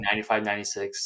95-96